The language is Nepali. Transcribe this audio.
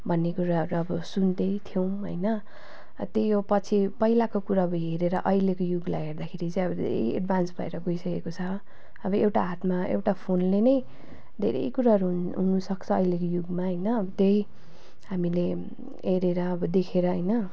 भन्ने कुराहरू अब सुन्दै थियौँ होइन त्यही हो पछि पहिलाको कुरा अब हेरेर अहिलेको युगलाई हेर्दाखेरि चाहिँ अब धेरै एडभान्स भएर गइसकेको छ अब एउटा हातमा एउटा फोनले नै धेरै कुराहरू हुन् हुनसक्छ अहिलेको युगमा होइन त्यही हामीले हेरेर अब देखेर होइन